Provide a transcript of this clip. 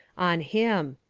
on him.